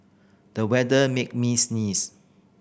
the weather made me sneeze